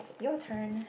your turn